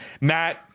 Matt